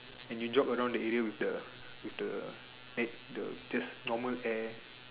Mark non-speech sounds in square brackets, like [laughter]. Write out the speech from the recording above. and you jog around the area with the with the air the just [noise] normal air